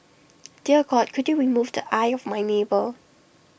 dear God could you remove the eye of my neighbour